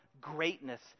greatness